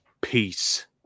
peace